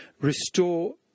restore